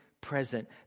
present